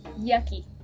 Yucky